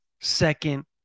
second